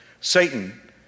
Satan